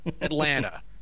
Atlanta